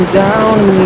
down